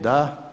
Da.